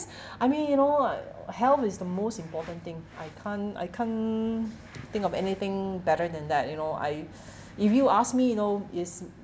I mean you know what health is the most important thing I can't I can't think of anything better than that you know I if you ask me you know is